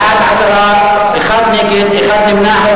בעד, 10, אחד נגד, אחד נמנע.